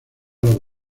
los